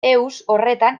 izena